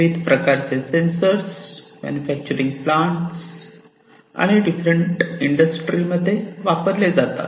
विविध प्रकारचे sensors manufacturing plant आणि डिफरंट इंडस्ट्रीमध्ये वापरले जातात